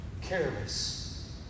careless